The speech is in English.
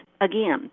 again